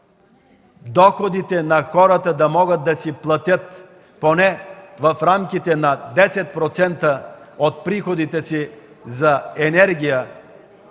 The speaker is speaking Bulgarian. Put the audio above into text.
доходите на хората, за да могат да си платят поне в рамките на 10% от приходите си за енергия,